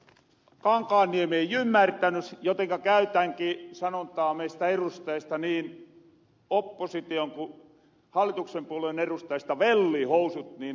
kankaanniemi ei ymmärtäny jotenka käytänki meistä erustajista sanontaa niin opposition ku hallituksen puolen erustajista vellihousut niin että ed